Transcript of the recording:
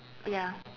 ya